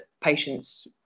patients